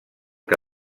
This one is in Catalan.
que